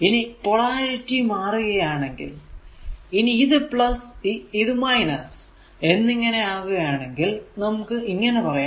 ഇനി ഈ പൊളാരിറ്റി മാറുകയാണെങ്കിൽ ഇനി ഇത് പിന്നെ ഇത് എന്നിങ്ങനെയാകുയാണെങ്കിൽ നമുക്ക് ഇങ്ങനെ പറയാം